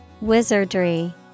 Wizardry